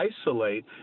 isolate